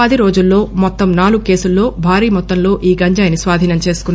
పది రోజుల్లో మొత్తం నాలుగు కేసుల్లో భారీ మొత్తంలో ఈ గంజాయిని స్వాధీనం చేసుకున్నారు